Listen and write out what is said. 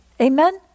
Amen